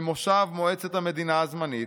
במושב מועצת המדינה הזמנית,